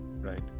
Right